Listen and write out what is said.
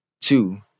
Two